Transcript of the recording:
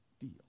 deal